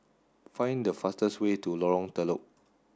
find the fastest way to Lorong Telok